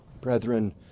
Brethren